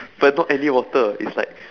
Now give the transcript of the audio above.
but not any water it's like